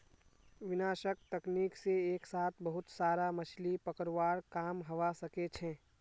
विनाशक तकनीक से एक साथ बहुत सारा मछलि पकड़वार काम हवा सके छे